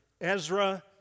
Ezra